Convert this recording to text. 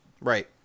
Right